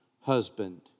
husband